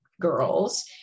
girls